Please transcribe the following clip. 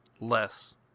less